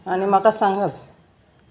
आनी म्हाका सांगात